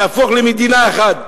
נהפוך למדינה אחת,